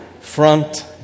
front